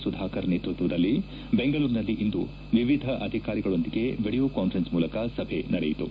ಸುಧಾಕರ್ ನೇತೃತ್ವದಲ್ಲಿ ಬೆಂಗಳೂರಿನಲ್ಲಿಂದು ವಿವಿಧ ಅಧಿಕಾರಿಗಳೊಂದಿಗೆ ವಿಡಿಯೋ ಕಾಸ್ಪರೆನ್ಸ್ ಮೂಲಕ ಸಭೆ ನಡೆಯಿತು